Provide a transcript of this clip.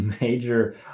Major